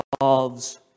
involves